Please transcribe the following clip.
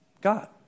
God